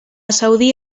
saudi